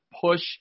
push